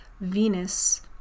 Venus